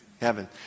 heaven